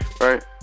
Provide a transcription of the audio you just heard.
right